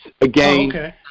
Again